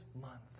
month